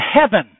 heaven